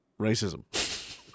racism